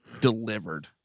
delivered